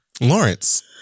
Lawrence